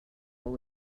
what